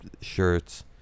shirts